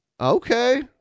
Okay